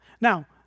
Now